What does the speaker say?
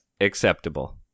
Acceptable